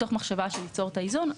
מתוך מחשבה שהוא יצור את האיזון.